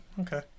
okay